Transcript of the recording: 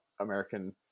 american